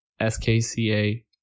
SKCA